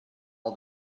all